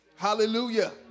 Hallelujah